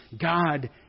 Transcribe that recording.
God